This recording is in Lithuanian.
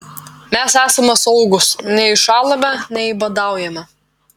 mes esame saugūs nei šąlame nei badaujame